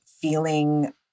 feeling